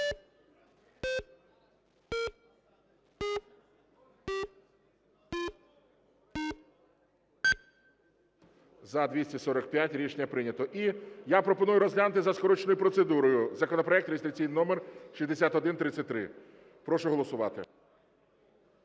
За-245 Рішення прийнято. І я пропоную розглянути за скороченою процедурою законопроект реєстраційний номер 6133. Прошу голосувати.